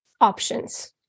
options